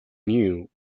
knew